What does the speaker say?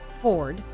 Ford